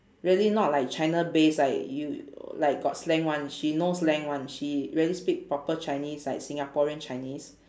really not like china base like you like got slang [one] she no slang [one] she really speak proper chinese like singaporean chinese